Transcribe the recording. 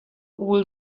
will